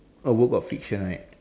a work of fiction right